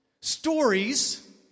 stories